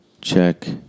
check